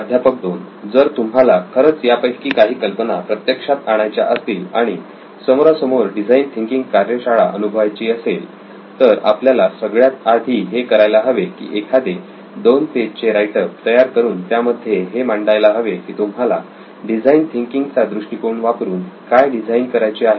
प्राध्यापक 2 जर तुम्हाला खरंच यापैकी काही कल्पना प्रत्यक्षात आणायच्या असतील आणि समोरासमोर डिझाईन थिंकिंग कार्यशाळा अनुभवायची असेल तर आपल्याला सगळ्यात आधी हे करायला हवे की एखादे 2 पेज चे राईट अप तयार करून त्यामध्ये हे मांडायला हवे की तुम्हाला डिझाईन थिंकिंग चा दृष्टिकोन वापरून काय डिझाईन करायचे आहे